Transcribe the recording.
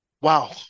Wow